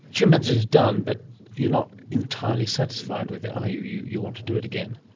chimpanzee is done, but you're not entirely satisfied with it, are you, you you want to do it again?